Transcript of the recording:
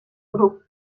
grup